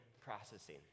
processing